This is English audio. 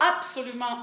absolument